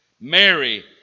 Mary